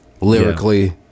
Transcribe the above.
lyrically